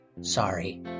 Sorry